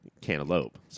Cantaloupe